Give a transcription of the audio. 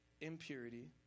impurity